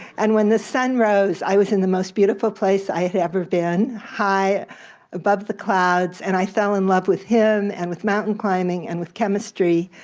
and when the sun rose, i was in the most beautiful place i had ever been, high above the clouds, and i fell in love with him, and with mountain climbing, and with chemistry,